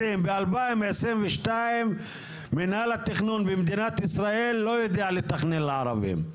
ב-2022 מינהל התכנון במדינת ישראל לא יודע לתכנן לערבים.